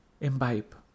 imbibe